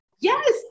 yes